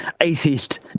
atheist